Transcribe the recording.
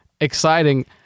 Exciting